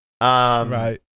right